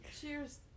cheers